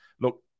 look